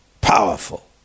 Powerful